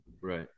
Right